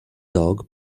dog